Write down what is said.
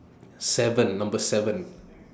seven Number seven